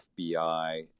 FBI